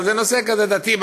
אבל זה נושא כזה דתי,